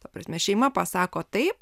ta prasme šeima pasako taip